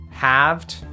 Halved